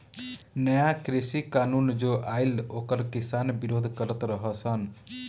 नया कृषि कानून जो आइल ओकर किसान विरोध करत रह सन